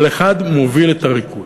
אבל אחד מוביל את הריקוד.